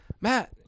Matt